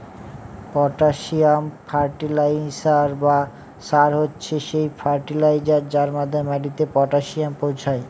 potassium fertiliser বা সার হচ্ছে সেই ফার্টিলাইজার যার মাধ্যমে মাটিতে পটাসিয়াম পৌঁছায়